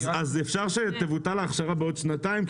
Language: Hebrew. אז אפשר שתבוטל ההכשרה בעוד שנתיים?